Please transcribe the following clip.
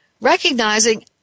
recognizing